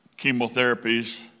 chemotherapies